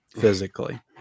physically